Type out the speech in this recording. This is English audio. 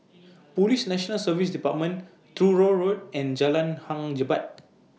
Police National Service department Truro Road and Jalan Hang Jebat